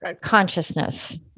consciousness